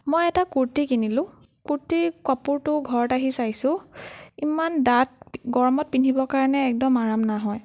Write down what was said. মই এটা কুৰ্তি কিনিলোঁ কুৰ্তিৰ কাপোৰটো ঘৰত আহি চাইছোঁ ইমান ডাঠ গৰমত পিন্ধিবৰ কাৰণে একদম আৰাম নহয়